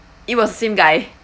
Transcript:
it was the same guy